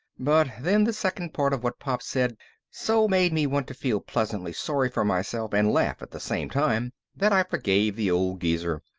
but then the second part of what pop said so made me want to feel pleasantly sorry for myself and laugh at the same time that i forgave the old geezer.